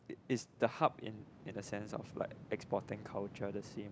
is the hub in the sense of exporting culture the same